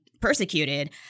persecuted—